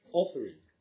offering